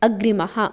अग्रिमः